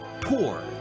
poor